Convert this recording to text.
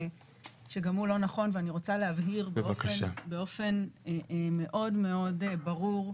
שגם הוא לא נכון ואני רוצה להבהיר באופן מאוד מאוד ברור,